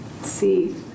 see